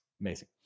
Amazing